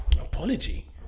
Apology